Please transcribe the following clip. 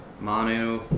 Manu